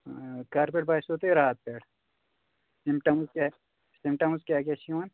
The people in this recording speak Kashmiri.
کَرٕ پٮ۪ٹھ باسیٚو تۄہہِ رات پٮ۪ٹھ سِمپٹَمٕز کیٛاہ سِمپٹَمٕز کیاہ کیاہ چھِ یِوَان